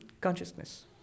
Consciousness